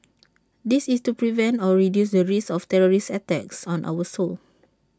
this is to prevent or reduce the risk of terrorist attacks on our soil